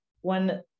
one